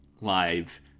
live